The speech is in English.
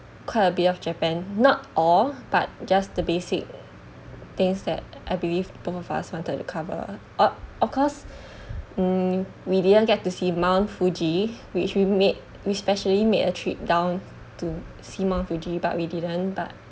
quite a bit of japan not all but just the basic things that I believe both of us wanted to cover up of course mm we didn't get to see mount fuji which we made we specially made a trip down to see mount fuji but we didn't but